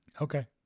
okay